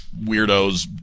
weirdos